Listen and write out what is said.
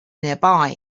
nearby